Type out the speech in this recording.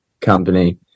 company